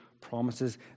promises